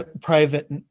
private